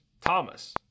Thomas